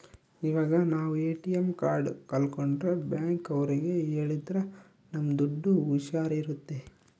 ಇವಾಗ ನಾವ್ ATM card ಕಲ್ಕೊಂಡ್ರೆ ಬ್ಯಾಂಕ್ ಅವ್ರಿಗೆ ಹೇಳಿದ್ರ ನಮ್ ದುಡ್ಡು ಹುಷಾರ್ ಇರುತ್ತೆ